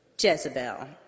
Jezebel